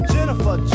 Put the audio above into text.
Jennifer